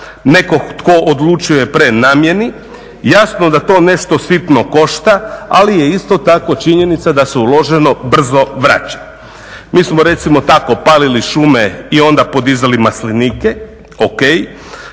nekog tko odlučuje prenamjeni. Jasno da to nešto sitno košta, ali je isto tako činjenica da se uloženo brzo vraća. Mi smo recimo tako palili šume i onda podizali maslinike. O.k.